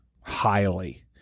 highly